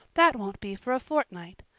that won't be for a fortnight.